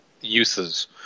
uses